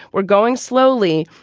we're going slowly.